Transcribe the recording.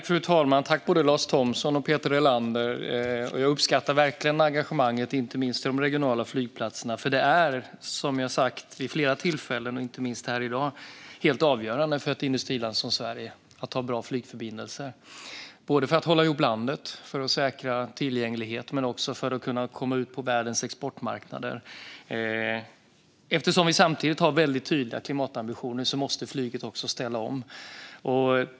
Fru talman! Tack både Lars Thomsson och Peter Helander! Jag uppskattar verkligen engagemanget för de regionala flygplatserna, för som jag sagt vid flera tillfällen och även här i dag är det helt avgörande för ett industriland som Sverige att ha bra flygförbindelser för att hålla ihop landet och säkra tillgänglighet men också för att kunna komma ut på världens exportmarknader. Eftersom vi samtidigt har tydliga klimatambitioner måste också flyget ställa om.